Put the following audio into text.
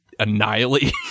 annihilate